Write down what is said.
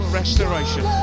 restoration